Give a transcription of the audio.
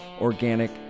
organic